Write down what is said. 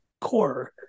core